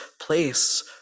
place